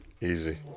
Easy